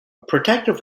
protective